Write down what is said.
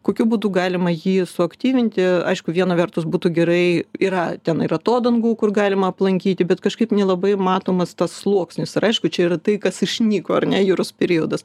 kokiu būdu galima jį suaktyvinti aišku viena vertus būtų gerai yra ten ir atodangų kur galima aplankyti bet kažkaip nelabai matomas tas sluoksnis ir aišku čia yra tai kas išnyko ar ne juros periodas